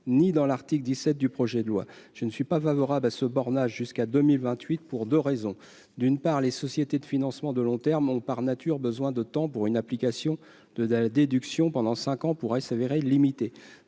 ni dans l'article 17 du projet de loi. Je ne suis pas favorable à un tel bornage jusqu'à 2028, pour deux raisons. Premièrement, les sociétés de financement de long terme ont besoin de temps, et une application de la déduction pendant cinq ans pourrait être